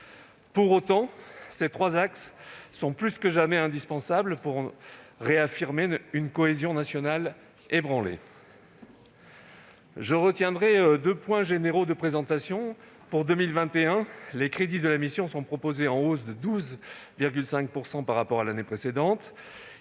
Pour autant, ces trois axes sont plus que jamais indispensables pour réaffirmer une cohésion nationale ébranlée. Je retiendrai deux points généraux de présentation. Pour 2021, les crédits proposés pour la mission connaissent une hausse de 12,5 % par rapport à l'année précédente.